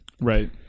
right